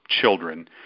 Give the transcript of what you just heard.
children